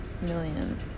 million